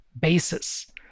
basis